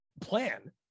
plan